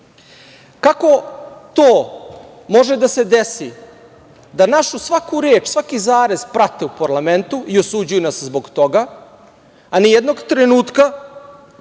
Kako može da se desi da našu svaku reč, svaki zarez, prate u parlamentu i osuđuju nas zbog toga, a nijednog trenutka